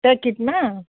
प्याकेटमा